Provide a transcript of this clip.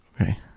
Okay